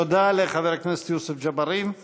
תודה לחבר הכנסת יוסף ג'בארין.